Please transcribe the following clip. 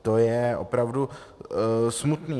To je opravdu smutné.